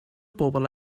bobl